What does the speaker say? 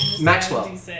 Maxwell